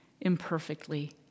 imperfectly